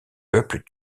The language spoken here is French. peuples